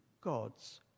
God's